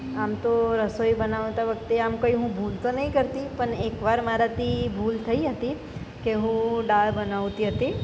આમ તો રસોઈ બનાવતી વખતે આમ કંઈ હું ભૂલ તો નથી કરતી પણ એકવાર મારાથી ભૂલ થઈ હતી કે હું દાળ બનાવતી હતી